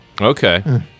Okay